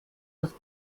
aus